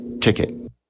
ticket